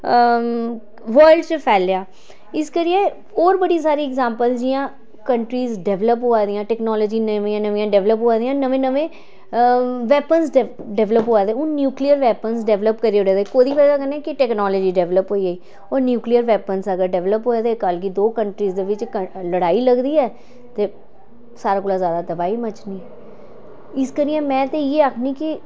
world च फैलेआ इस करियै होर बड़ी सारी एग्जांपल जि'यां कंट्रीज डेवलप होआ दियां टेक्नोलॉज़ी नमियां नमिंयां डेवलप होआ दियां नमें नमें वेपन्स डेवलप होआ दे हून न्यूक्लियर वेपन्स डेवलप करी ओड़दे कोह्दी बजह् कन्नै कि टेक्नोलॉजी डेवलप होई गेई ओह् न्यूक्लियर वेपन्स अगर डेवलप होऐ ते कल गी दो कंट्री बिच लड़ाई लगदी ऐ ते सारें कोला जादै तबाही मचनी इ करियै में ते इ'यै आखनी कि